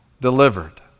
Delivered